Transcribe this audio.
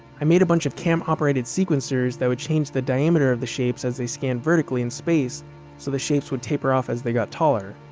i made a bunch of cam-operated sequencers that would change the diameter of the shapes as they scanned vertically in space so the shapes would taper off as they got taller,